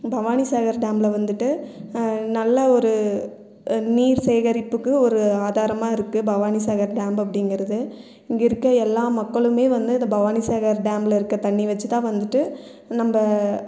பவானிசாகர் டேமில் வந்துட்டு நல்ல ஒரு நீர் சேகரிப்புக்கு ஒரு ஆதாரமாக இருக்கு பவானிசாகர் டேம் அப்படிங்கிறது இங்கே இருக்க எல்லா மக்களுமே வந்து இந்த பவானிசாகர் டேமில் இருக்க தண்ணி வச்சுத்தான் வந்துட்டு நம்ப